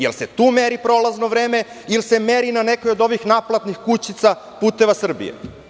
Jel se tu meri prolazno vreme, ili se meri na nekoj od ovih naplatnih kućica "Puteva Srbije"